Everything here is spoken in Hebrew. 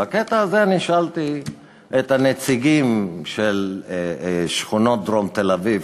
בקטע הזה אני שאלתי את הנציגים של שכונות דרום תל-אביב,